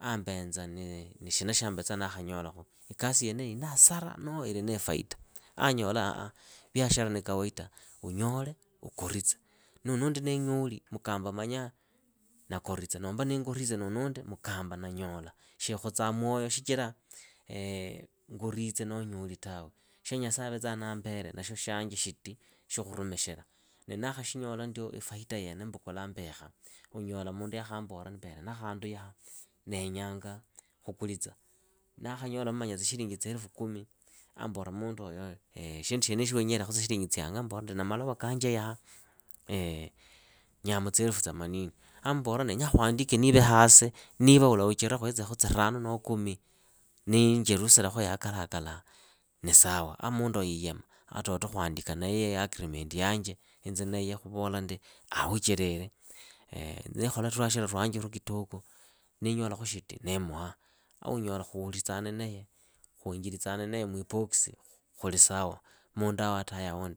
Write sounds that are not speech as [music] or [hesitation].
Ambenza nishina shyambetsa ndakhanyolakhu. ikasi yene ili na hasara noho ili na ifaita. Anyola [hesitation] ah, viashara ni kawaita, unyole ikoritse. Nunu ninyoli mukamba manya ndakoritsa nomba ningoritse nundi mukamba ndanyola. Shikhutsaa mwoyo shichira ngoritse noho nyoli tawe, shya nyasaye avetsaa naambele nashyo shyanje shiti shya khurumikhira, na ndakhashinyola ndio ifaita yene mbukulaa mbikha, unyola mundu yakhambora mbele na khandu yaha ndenyaa khukulitsa. Ndakanyolamu khuli tsielefu kumi ambora munduoyo shindu shienisho wenyelekhu shilinji tsianga. Ambola ndi na malova kanje yaha ndenya tsielefu themanini. A mbola khuhandike nive hasi niva ulavichira khuhetsekhu tsiranu noho kumi ninjerusira yaha kalaha kalaha ni sawa. A munduoyo yiiyama, a khuhandika naye agreement yanje naye khuvola ndi ahuchilile [hesitation] nikhola ruashara rwanjeuru kitoko ninyola khu shiti nimuha. A unyola khuhulitsane naye khuli sawa.